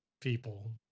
people